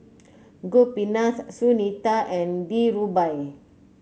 Gopinath Sunita and Dhirubhai